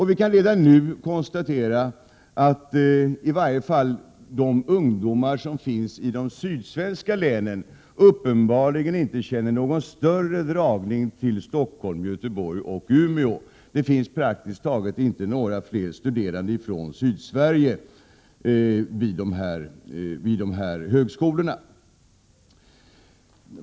Vi kan redan nu konstatera att i varje fall de ungdomar som bor i de sydsvenska länen uppenbarligen inte känner någon större dragning till Stockholm, Göteborg och Umeå. Det finns praktiskt taget inte några fler studerande från Sydsverige vid dessa högskolor.